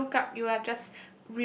so as you look up you are just